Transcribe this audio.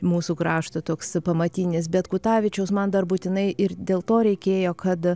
mūsų krašto toks pamatinis bet kutavičiaus man dar būtinai ir dėl to reikėjo kad